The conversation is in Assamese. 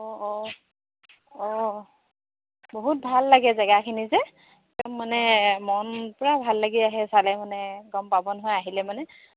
অঁ অঁ অঁ বহুত ভাল লাগে জেগাখিনি যে একদম মানে মন পূৰা ভাল লাগি আহে চালে মানে গম পাব নহয় আহিলে মানে